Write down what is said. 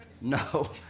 No